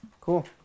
Cool